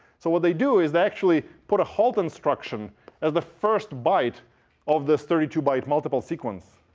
so what they do is they actually put a halt instruction as the first byte of this thirty two byte multiple sequence.